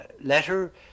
letter